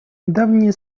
недавние